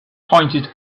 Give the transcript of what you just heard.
pointed